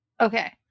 okay